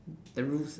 the rules